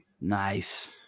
nice